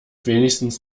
wenigstens